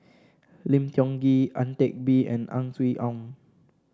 Lim Tiong Ghee Ang Teck Bee and Ang Swee Aun